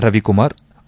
Ravikumar ಅ